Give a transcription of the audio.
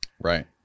Right